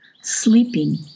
Sleeping